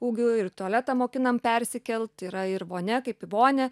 ūgių ir į tualetą mokinam persikelt yra ir vonia kaip į vonią